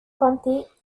comptait